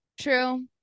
True